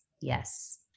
Yes